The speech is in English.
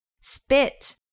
Spit